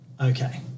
okay